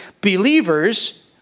believers